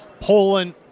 Poland